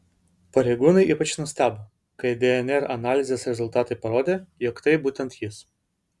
pareigūnai ypač nustebo kai dnr analizės rezultatai parodė jog tai būtent jis